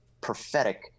prophetic